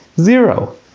Zero